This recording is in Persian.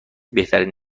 بهترین